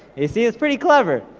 you see, it's pretty clever.